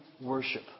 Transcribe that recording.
Worship